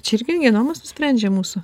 čia irgi genomas nusprendžia mūsų